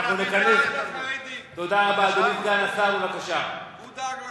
הוא דאג לחרדים, הוא דאג לחרדים.